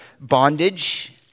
bondage